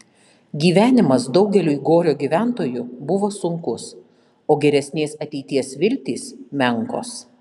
gyvenimas daugeliui gorio gyventojų buvo sunkus o geresnės ateities viltys menkos